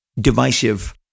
divisive